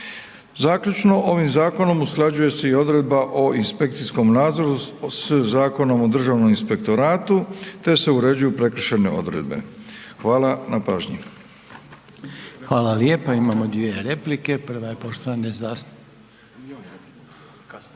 Zaključno ovim zakonom usklađuje se odredba o inspekcijskom nadzoru s Zakonom o Državnom inspektoratu te se uređuju prekršajne odredbe. Hvala na pažnji. **Reiner, Željko (HDZ)** Hvala lijepa. Imamo dvije replike. Prva je poštovane …